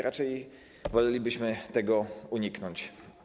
Raczej wolelibyśmy tego uniknąć.